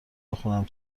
بخونم